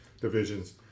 divisions